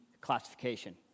classification